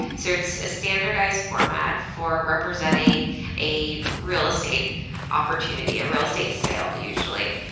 so it's a standardized format for representing a real estate opportunity, a real estate sale usually.